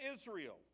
Israel